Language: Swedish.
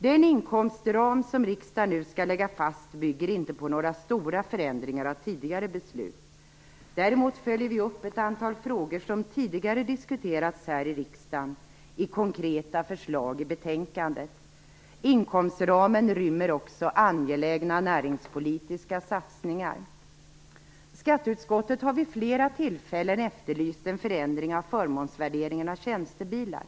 Den inkomstram som riksdagen nu skall lägga fast bygger inte på stora förändringar av tidigare beslut. Däremot följer vi upp ett antal frågor som tidigare diskuterats här i riksdagen i konkreta förslag i betänkandet. Inkomstramen rymmer också angelägna näringspolitiska satsningar. Skatteutskottet har vid flera tillfällen efterlyst en förändring av förmånsvärderingen av tjänstebilar.